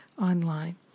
online